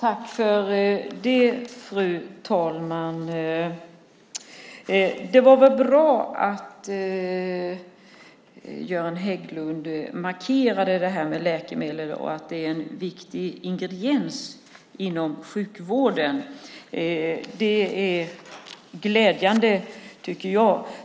Fru ålderspresident! Det var bra att Göran Hägglund markerade det här med läkemedel och att det är en viktig ingrediens inom sjukvården. Det är glädjande, tycker jag.